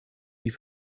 die